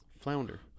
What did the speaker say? flounder